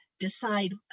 decide